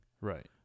Right